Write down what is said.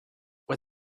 were